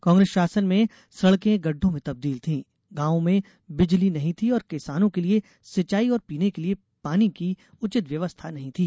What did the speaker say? कांग्रेस शासन में सडकें गढढों में तब्दील थी गांवों में बिजली नहीं थी और किसानों के लिए सिंचाई और पीने के लिए पानी की उंचित व्यवस्था नहीं थी